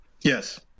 Yes